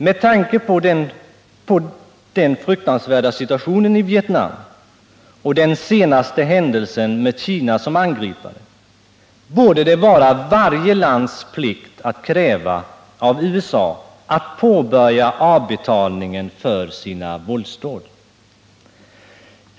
Med tanke på den fruktansvärda situationen i Vietnam och den senaste händelsen, dvs. att Kina angripit Vietnam, borde det vara varje lands plikt att av USA kräva att det påbörjar avbetalningen efter sina våldsdåd.